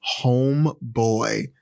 homeboy